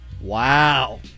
Wow